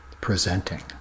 presenting